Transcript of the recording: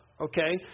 Okay